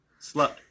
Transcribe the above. Slut